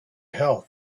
health